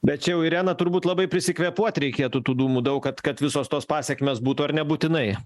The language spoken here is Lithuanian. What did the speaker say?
bet čia jau irena turbūt labai prisikvėpuot reikėtų tų dūmų daug kad kad visos tos pasekmės būtų ar nebūtinai